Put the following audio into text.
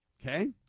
okay